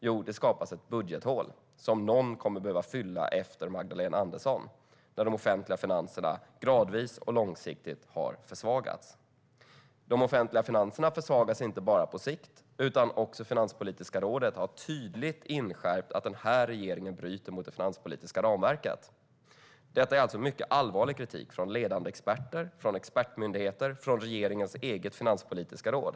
Jo, vi får ett budgethål som någon kommer att behöva fylla efter Magdalena Andersson eftersom de offentliga finanserna gradvis och långsiktigt har försvagats. De offentliga finanserna försvagas inte bara på sikt. Finanspolitiska rådet har tydligt inskärpt att regeringen bryter mot det finanspolitiska ramverket. Det är alltså mycket allvarlig kritik från ledande experter, från expertmyndigheter och från regeringens eget finanspolitiska råd.